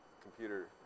computer